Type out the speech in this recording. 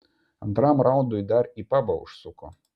antram raundui dar į pabą užsuko